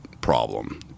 problem